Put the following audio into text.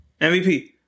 MVP